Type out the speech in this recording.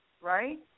right